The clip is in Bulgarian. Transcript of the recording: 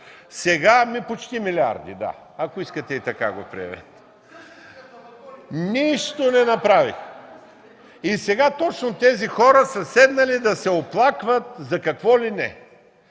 ГЕРБ.) Почти милиарди, да, ако искате и така го приемете. Нищо не направихте! И сега точно тези хора са седнали да се оплакват за какво ли не.